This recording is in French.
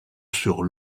sur